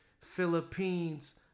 Philippines